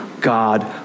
God